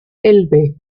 elbe